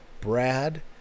Brad